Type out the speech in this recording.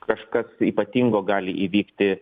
kažkas ypatingo gali įvykti